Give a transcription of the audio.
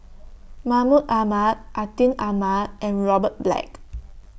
Mahmud Ahmad Atin Amat and Robert Black